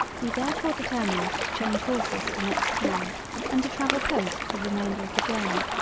we therefore determined to change horses at the next town and to travel post the remainder of the journey.